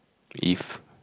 if